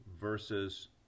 versus